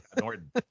Norton